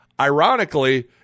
Ironically